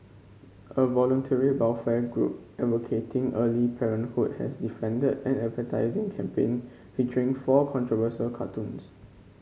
a voluntary welfare group advocating early parenthood has defended an advertising campaign featuring four controversial cartoons